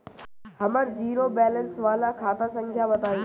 हमर zero balance वाला खाता संख्या बताई?